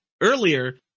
earlier